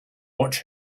watch